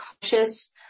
cautious